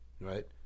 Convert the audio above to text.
right